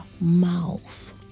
mouth